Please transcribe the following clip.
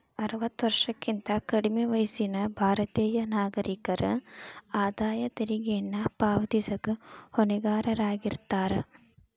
ಅರವತ್ತ ವರ್ಷಕ್ಕಿಂತ ಕಡ್ಮಿ ವಯಸ್ಸಿನ ಭಾರತೇಯ ನಾಗರಿಕರ ಆದಾಯ ತೆರಿಗೆಯನ್ನ ಪಾವತಿಸಕ ಹೊಣೆಗಾರರಾಗಿರ್ತಾರ